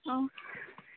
অ